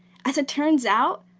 as it turns out,